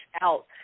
out